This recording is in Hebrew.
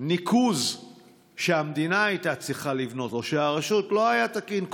הניקוז שהמדינה או הרשות הייתה צריכה לבנות לא היה תקין.